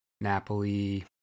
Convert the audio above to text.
Napoli